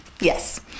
Yes